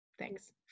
Thanks